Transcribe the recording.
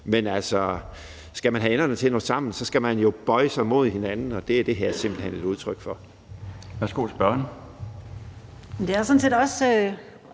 Men skal man have enderne til at nå sammen, skal man jo bøje sig mod hinanden, og det er det her simpelt hen et udtryk for. Kl. 14:13 Den fg.